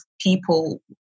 people